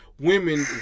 women